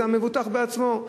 זה המבוטח בעצמו.